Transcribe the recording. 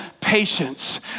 patience